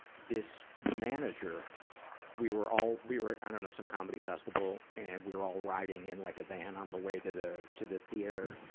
this manager we were all, we were at, i dunno, some comedy festival. and we were all riding in like a van on the way to the, to the theater.